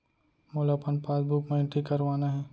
मोला अपन पासबुक म एंट्री करवाना हे?